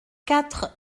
quatre